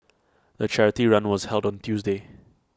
the charity run was held on Tuesday